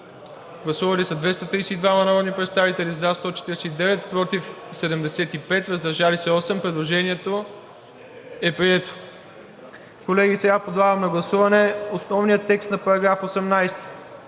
Гласували 232 народни представители: за 149, против 75, въздържал се 8. Предложението е прието. Колеги, сега поставям на гласуване основния текст на § 18